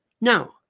No